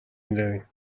میداریم